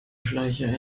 schleicher